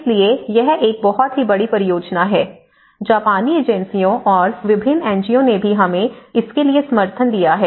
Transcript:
इसलिए यह एक बहुत बड़ी परियोजना है जापानी एजेंसियों और विभिन्न एनजीओ ने भी हमें इसके लिए समर्थन दिया है